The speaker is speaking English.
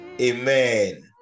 Amen